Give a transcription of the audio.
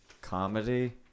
comedy